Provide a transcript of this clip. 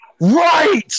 right